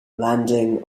landing